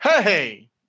Hey